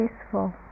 peaceful